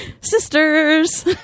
sisters